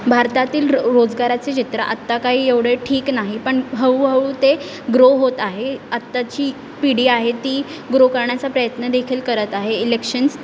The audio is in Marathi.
भारतातील रो रोजगाराचे चित्र आत्ता काही एवढे ठीक नाही पण हळूहळू ते ग्रो होत आहे आत्ताची पिढी आहे ती ग्रो करण्याचा प्रयत्नदेखील करत आहे इलेक्शन्स